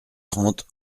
trente